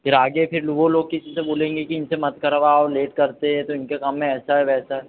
फिर आगे फिर वो लोग किसी से बोलेंगे कि इनसे मत करवाओ लेट करते हैं तो इनके काम में ऐसा है वैसा है